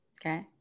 Okay